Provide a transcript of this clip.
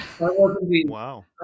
Wow